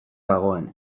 dagoen